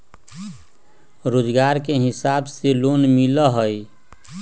रोजगार के हिसाब से लोन मिलहई?